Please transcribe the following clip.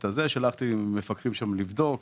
שלחתי לשם מפקחים כדי לבדוק.